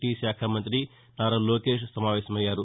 tea శాఖ మంత్రి నారా లోకేశ్ సమావేశమయ్యారు